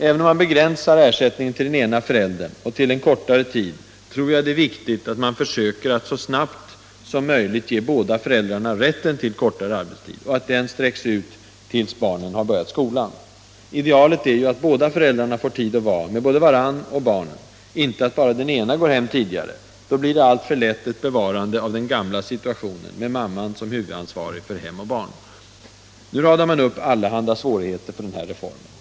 Även om man begränsar ersättningen till den ena föräldern, och till en kortare tid, tror jag det är viktigt att man försöker att så snabbt som möjligt ge båda föräldrarna rätten till kortare arbetstid och att den rätten sträcks ut tills barnet har börjat skolan. Idealet är ju att båda föräldrarna får tid att vara med varandra och barnen, inte att bara den ena går hem tidigare — då blir det alltför lätt ett bevarande av den gamla situationen med mamman som huvudansvarig för hem och barn. Nu radar man upp allehanda svårigheter för den här reformen.